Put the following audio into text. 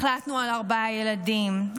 החלטנו על ארבעה ילדים,